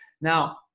Now